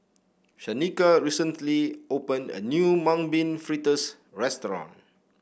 Shanika recently opened a new Mung Bean Fritters restaurant